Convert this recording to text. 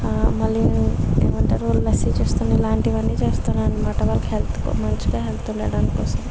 మళ్ళీ ఏమంటారు లస్సీ చేస్తాను ఇలాంటివన్నీ చేస్తానన్నమాట వాళ్ళకి హెల్త్ మంచిగా హెల్త్ ఉండటం కోసం